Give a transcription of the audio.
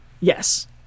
Yes